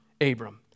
Abram